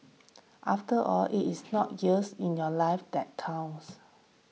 after all it is not years in your life that count